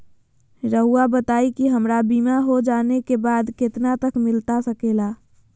रहुआ बताइए कि हमारा बीमा हो जाने के बाद कितना तक मिलता सके ला?